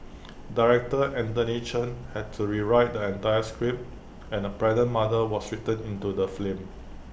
Director Anthony Chen had to rewrite the entire script and A pregnant mother was written into the film